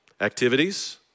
Activities